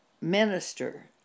minister